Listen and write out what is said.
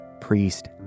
priest